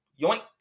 Yoink